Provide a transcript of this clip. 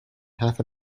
half